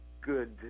good